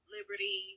liberty